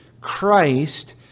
Christ